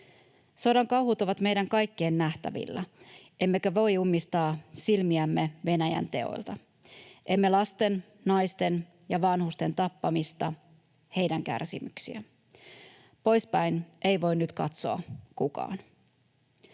Sodan kauhut ovat meidän kaikkien nähtävillä, emmekä voi ummistaa silmiämme Venäjän teoilta, emme lasten, naisten ja vanhusten tappamiselta, heidän kärsimyksiltään. Poispäin ei voi nyt katsoa kukaan.